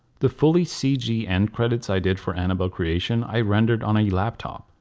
the fully cg end credits i did for annabelle creation i rendered on a laptop.